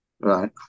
Right